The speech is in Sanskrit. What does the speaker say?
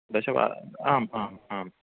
दश वा आम् आम् आम्